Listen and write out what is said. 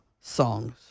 Songs